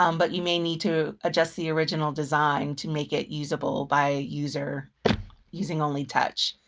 um but you may need to adjust the original design to make it usable by a user using only touch.